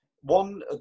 one